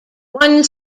one